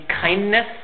kindness